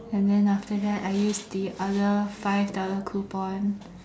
and then after that I use the other five dollar coupon